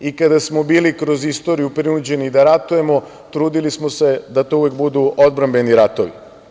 I kada smo bili kroz istoriju prinuđeni da ratujemo trudili smo se da to uvek budu odbrambeni ratovi.